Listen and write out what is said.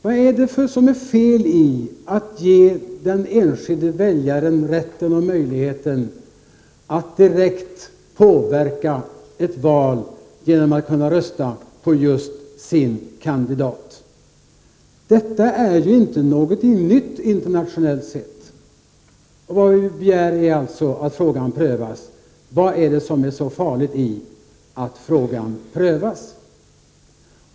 Vad är det som är fel i att ge den enskilde väljaren rätten och möjligheten att direkt påverka ett val genom att rösta på just sin kandidat? Detta är ju inte någonting nytt internationellt sett. Nu begär vi alltså att frågan prövas. Vad är det som är så farligt i detta?